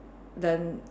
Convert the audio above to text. then